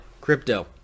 crypto